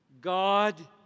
God